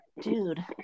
dude